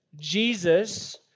Jesus